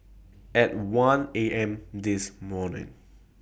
At one A M This morning